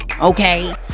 Okay